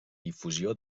difusió